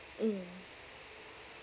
mm